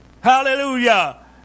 Hallelujah